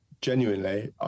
Genuinely